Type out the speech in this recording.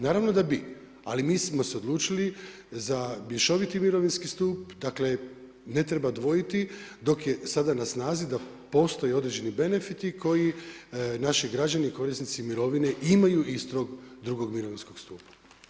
Naravno da bi, ali mi smo se odlučili za mješoviti mirovinski stup dakle ne treba dvojiti dok je sada na snazi da postoji određeni benefiti koji naši građani, korisnici mirovine imaju iz tog drugog mirovinskog stupa.